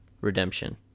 redemption